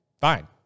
Fine